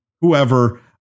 whoever